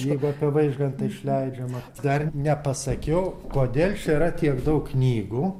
jeigu apie vaižgantą išleidžiama dar nepasakiau kodėl čia yra tiek daug knygų